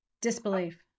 Disbelief